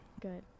good